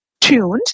tuned